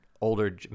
older